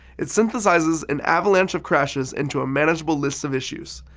it synthesizes an avalanche of crashes into a manageable list of issues,